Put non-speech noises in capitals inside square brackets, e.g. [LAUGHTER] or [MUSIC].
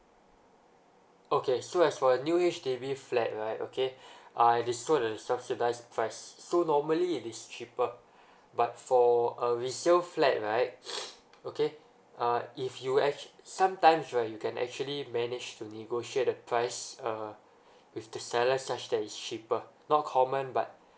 okay so as for a new H_D_B flat right okay uh it is sold at the subsidized price so normally it is cheaper but for a resale flat right [NOISE] okay uh if you actu~ sometimes right you can actually manage to negotiate the price uh with the seller such that it's cheaper not common but